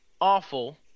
awful